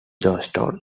johnstone